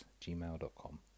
gmail.com